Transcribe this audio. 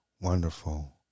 wonderful